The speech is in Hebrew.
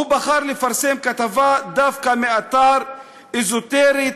הוא בחר לפרסם כתבה דווקא מאתר אזוטרי,